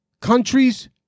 countries